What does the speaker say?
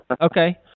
Okay